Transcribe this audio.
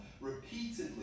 repeatedly